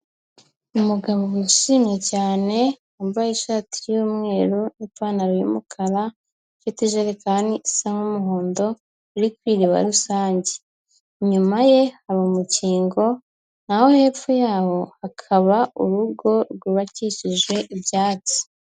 Umugabo wishimye cyane wambaye ishati y'umweru n'ipantaro y'umukara, ufite ijerekani isa n'umuhondo, uri ku iriba rusange, inyuma ye hari umukingo naho hepfo yaho hakaba urugo rwubakishije ibyatsi.